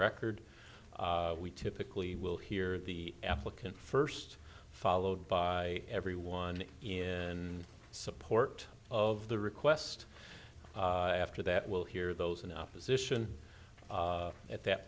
record we typically will hear the applicant first followed by everyone in support of the request after that we'll hear those in opposition at that